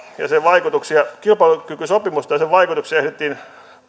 kilpailukykysopimusta ja sen vaikutuksia ehdittiin